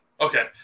okay